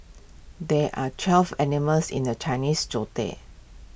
there are twelve animals in the Chinese Zodiac